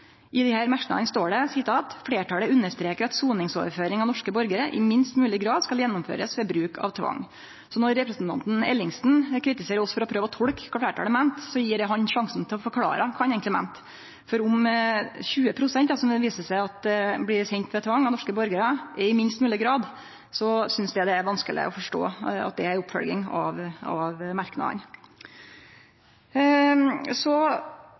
står det: «Flertallet understreker at soningsoverføring av norske borgere i minst mulig grad skal gjennomføres ved bruk av tvang.» Så når representanten Ellingsen kritiserer oss for å prøve å tolke kva fleirtalet meinte, gjev eg han sjansen til å forklare kva han eigentleg meinte. For om 20 pst., som det då viser seg at blir sende med tvang, av norske borgarar, er «i minst mulig grad», så synest eg det er vanskeleg å forstå at det er ei oppfølging av merknadene.